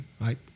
right